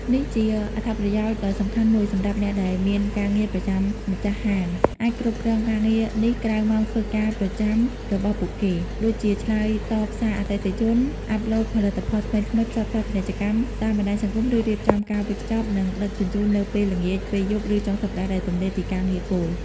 នេះជាអត្ថប្រយោជន៍ដ៏សំខាន់មួយសម្រាប់អ្នកដែលមានការងារប្រចាំម្ចាស់ហាងអាចគ្រប់គ្រងការងារនេះក្រៅម៉ោងធ្វើការប្រចាំរបស់ពួកគេ ដូចជាឆ្លើយតបសារអតិថិជន អាប់ឡូតផលិតផលថ្មីៗ ផ្សព្វផ្សាយពាណិជ្ជកម្មតាមបណ្តាញសង្គម ឬរៀបចំការវេចខ្ចប់ និងដឹកជញ្ជូននៅពេលល្ងាច ពេលយប់ ឬចុងសប្តាហ៍ដែលទំនេរពីការងារគោល។